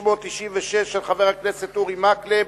696, של חבר הכנסת אורי מקלב,